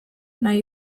nahi